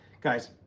Guys